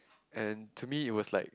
and to me it was like